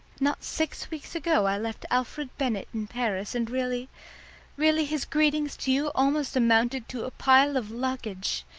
not six weeks ago i left alfred bennett in paris, and really really his greetings to you almost amounted to a pile of luggage.